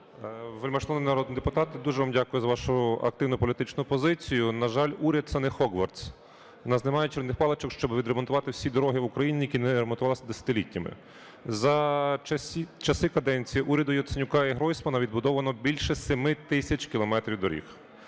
Вельмишановні народні депутати, дуже вам дякую за вашу активну політичну позицію. На жаль, уряд - це не Хоґвортс, у нас немає чорних паличок, щоб відремонтувати всі дороги в Україні, які не ремонтувалися десятиліттями. За часи каденції уряду Яценюка і Гройсмана відбудовано більше 7 тисяч кілометрів доріг,